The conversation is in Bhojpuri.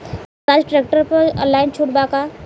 सोहराज ट्रैक्टर पर ऑनलाइन छूट बा का?